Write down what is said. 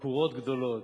מתקורות גדולות,